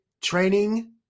training